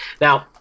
Now